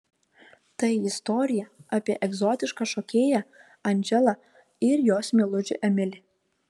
tai istorija apie egzotišką šokėją andželą ir jos meilužį emilį